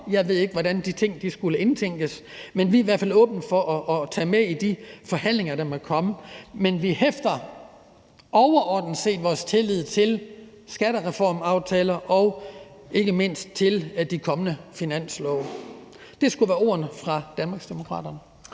Jeg ved ikke, hvordan de ting skulle indtænkes, men vi er i hvert fald åbne over for at tage det med i de forhandlinger, der måtte komme. Men vi hæfter overordnet set vores tillid til skattereformaftaler og ikke mindst til de kommende finanslove. Det skulle være ordene fra Danmarksdemokraterne.